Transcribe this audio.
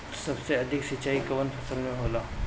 सबसे अधिक सिंचाई कवन फसल में होला?